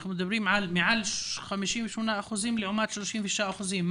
אנחנו מדברים על מעל 58 אחוזים לעומת 36 אחוזים.